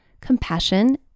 compassion